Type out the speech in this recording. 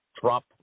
Trump